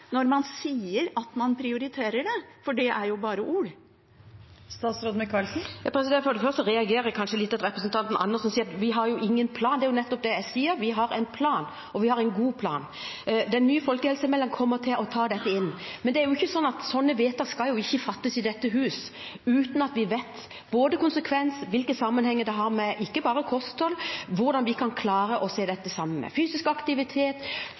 når man sier at man prioriterer det? For det er jo bare ord. For det første reagerer jeg litt på at representanten Andersen sier at vi ikke har noen plan. Det er jo nettopp det jeg sier: Vi har en plan, og vi har en god plan. Den nye folkehelsemeldingen kommer til å ta dette inn. Men slike vedtak skal jo ikke fattes i dette hus uten at vi vet hvilke konsekvenser og hvilke sammenhenger det er, ikke bare med hensyn til kosthold, men også med hensyn til hvordan vi kan klare å se dette sammen med fysisk aktivitet